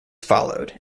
followed